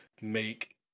make